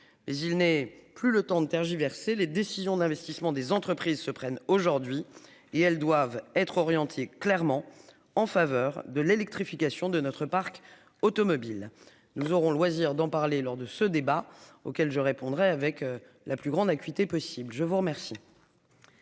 mais il n'est plus le temps de tergiverser, les décisions d'investissement des entreprises se prennent aujourd'hui et elles doivent être orientés clairement en faveur de l'électrification de notre parc automobile nous aurons loisir d'en parler lors de ce débat auquel je répondrai avec la plus grande acuité possible je vous remercie.